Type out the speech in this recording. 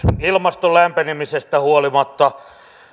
ilmaston lämpenemisestä huolimatta